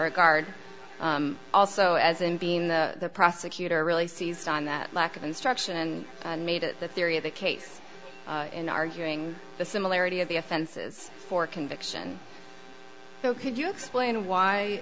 regard also as in being the prosecutor really seized on that lack of instruction and made it the theory of the case in arguing the similarity of the offenses for conviction so could you explain why